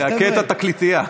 זה הכה את התקליטייה.